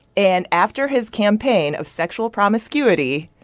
and after his campaign of sexual promiscuity,